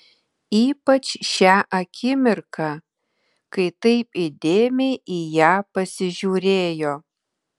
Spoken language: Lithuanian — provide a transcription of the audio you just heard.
ypač šią akimirką kai taip įdėmiai į ją pasižiūrėjo